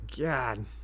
God